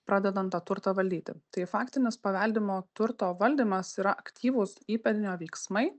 pradedan tą turtą valdyti tai faktinis paveldimo turto valdymas yra aktyvūs įpėdinio veiksmai